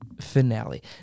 finale